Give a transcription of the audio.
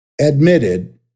admitted